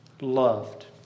loved